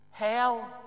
Hell